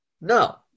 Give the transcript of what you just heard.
No